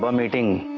but meeting